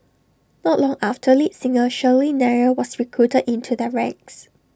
not long after lead singer Shirley Nair was recruited into their ranks